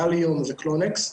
וליום וקלונקס,